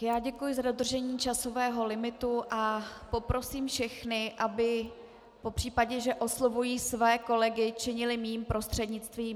Já děkuji za dodržení časového limitu a poprosím všechny, aby v případě, že oslovují své kolegy, to činili mým prostřednictvím.